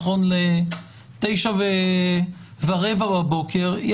9:15 בבוקר,